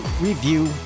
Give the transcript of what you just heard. review